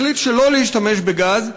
החליט שלא להשתמש בגז,